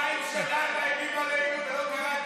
אלפיים שנה מאיימים עלינו ולא קרה כלום.